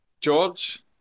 George